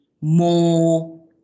more